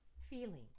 feeling